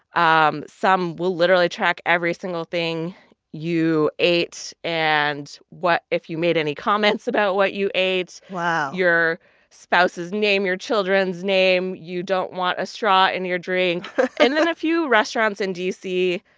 um some will literally track every single thing you ate and what if you made any comments about what you ate. wow. your spouse's name, your children's name, you don't want a straw in your drink and then a few restaurants in d c.